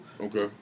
Okay